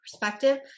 perspective